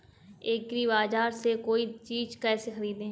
एग्रीबाजार से कोई चीज केसे खरीदें?